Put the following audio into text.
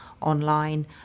online